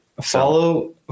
Follow